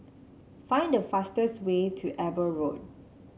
find the fastest way to Eber Road